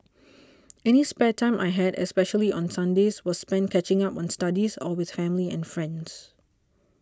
any spare time I had especially on Sundays was spent catching up on studies or with family and friends